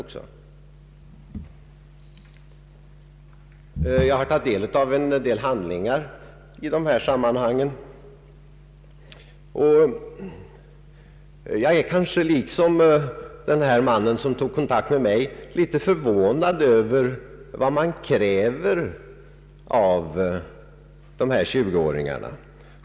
Jag har tagit del av vissa handlingar i detta slag av ärenden, och jag är i likhet med den man som tog kontakt med mig litet förvånad över vad man kräver av dessa 20-åringar.